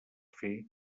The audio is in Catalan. fer